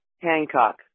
Hancock